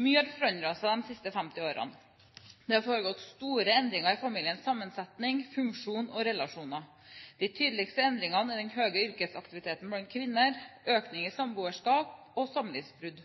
Mye har forandret seg de siste 50 årene. Det har foregått store endringer innen familiens sammensetning, funksjon og relasjon. De tydeligste endringene er den høye yrkesaktiviteten blant kvinner, økningen i samboerskap og samlivsbrudd.